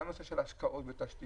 גם הנושא של השקעות בתשתיות.